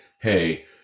hey